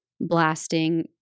blasting